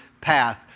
path